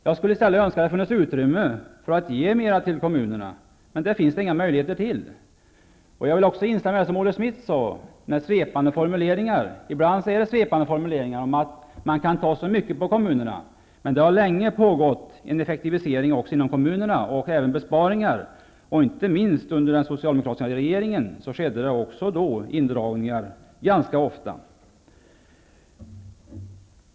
Jag skulle i stället önska att det funnits utrymme för att ge mer till kommunerna, men detta finns det inga möjligheter till. Jag vill instämma i vad Olle Schmidt sade om svepande formuleringar. Ibland görs det svepande formuleringar om att man kan spara så mycket på kommunerna. Det har länge pågått effektiviseringar inom den kommunala verksamheten, och det har gjorts besparingar, inte minst under den socialdemokratiska regeringens tid. Även då skedde det indragningar ganska ofta.